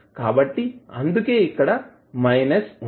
కాబట్టి అందుకే ఇక్కడ మైనస్ వుంది